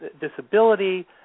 disability